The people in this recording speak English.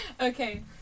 Okay